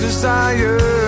Desire